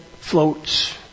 floats